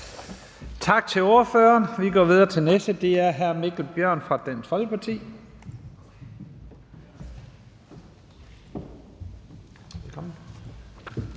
Tak til ordføreren. Vi går videre til den næste. Det er hr. Mikkel Bjørn fra Dansk Folkeparti.